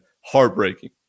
Heartbreaking